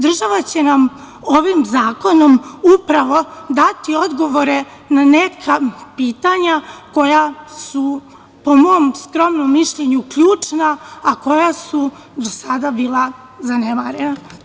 Država će nam ovim zakonom upravo dati odgovore na neka pitanja koja su, po mom skromnom mišljenju, ključna, a koja su do sada bila zanemarena.